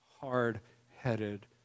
hard-headed